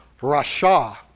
rasha